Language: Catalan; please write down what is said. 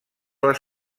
les